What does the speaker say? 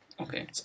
Okay